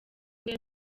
rwe